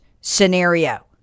scenario